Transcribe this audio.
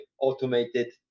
automated